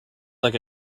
like